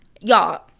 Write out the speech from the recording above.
y'all